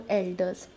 elders